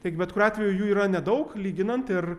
tai bet kuriuo atveju jų yra nedaug lyginant ir